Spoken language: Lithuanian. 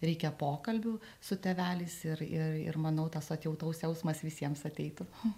reikia pokalbių su tėveliais ir ir ir manau tas atjautos jausmas visiems ateitų